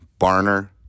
Barner